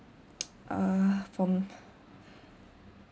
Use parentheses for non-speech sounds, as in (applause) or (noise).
(noise) uh from